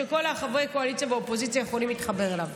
שכל חברי הקואליציה והאופוזיציה יכולים להתחבר אליו.